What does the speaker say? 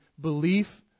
belief